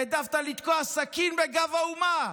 העדפת לתקוע סכין בגב האומה.